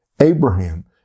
Abraham